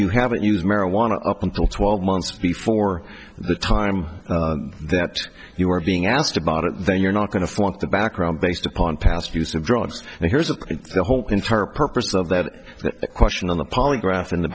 you haven't used marijuana up until twelve months before the time that you were being asked about it then you're not going to want the background based upon past use of drugs and here's a whole entire purpose of that question on the polygraph and the